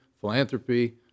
philanthropy